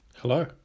Hello